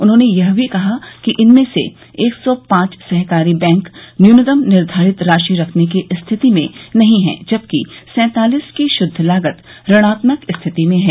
उन्होंने यह भी कहा कि इनमें से एक सौ पांच सहकारी बैंक न्यूनतम निर्धारित राशि रखने की स्थिति में नहीं है जबकि सैंतालिस की शुद्ध लागत ऋणात्मक स्थिति में है